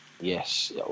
yes